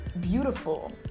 beautiful